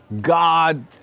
God